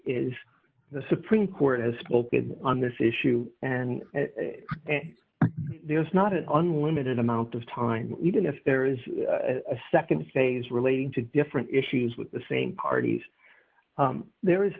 is the supreme court has spoken on this issue and it's not an unlimited amount of time even if there is a nd phase relating to different issues with the same parties there is